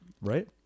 Right